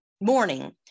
morning